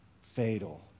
fatal